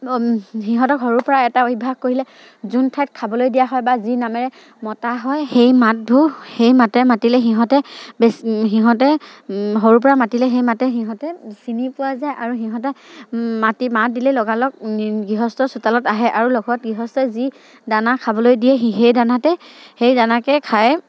সিহঁতক সৰুৰপৰাই এটা অভ্যাস কৰিলে যোন ঠাইত খাবলৈ দিয়া হয় বা যি নামেৰে মতা হয় সেই মাতবোৰ সেই মাতে মাতিলে সিহঁতে বেছি সিহঁতে সৰুৰপৰা মাতিলে সেই মাতে সিহঁতে চিনি পোৱা যায় আৰু সিহঁতে মাতে মাত দিলে লগা লগ গৃহস্থ চোতালত আহে আৰু লগত গৃহস্থই যি দানা খাবলৈ দিয়ে সেই দানাতে সেই দানাকে খায়